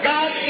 God